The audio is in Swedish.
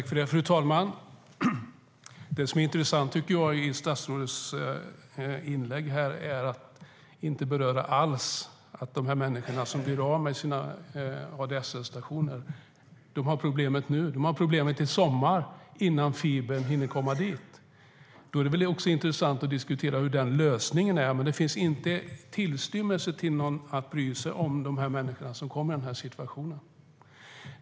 Fru talman! Det som jag tycker är intressant i statsrådets inlägg är att han inte alls berör att de människor som blir av med sina ADSL-stationer har det här problemet nu . De har problemet i sommar, innan fibern hinner komma dit. Då är det väl också intressant att diskutera hur lösningen ser ut. Men det finns inte tillstymmelse till att bry sig om de människor som hamnar i dessa situationer.